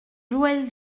joël